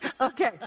okay